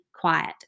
quiet